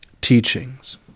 teachings